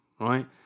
right